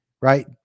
right